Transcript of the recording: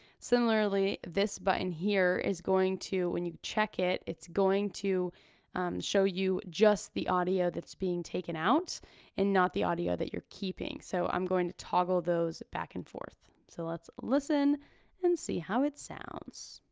similarly, this button here is going to, when you check it, it's going to show you just the audio that's being taken out and not the audio that you're keeping. so i'm going to toggle those back and forth. so let's listen and see how it sounds.